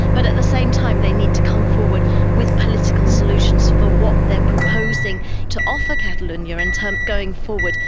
but at the same time they need to come forward with political solutions for what they are proposing to offer catalonia and um going forward.